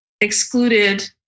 excluded